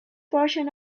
portion